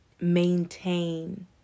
maintain